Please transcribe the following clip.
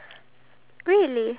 ya